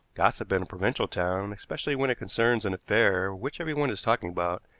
gossip in a provincial town, especially when it concerns an affair which everyone is talking about,